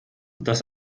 dass